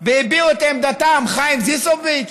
והביעו את עמדתם, חיים זיסוביץ,